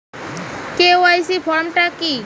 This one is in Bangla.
কে.ওয়াই.সি ফর্ম টা কি?